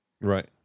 Right